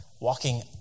walking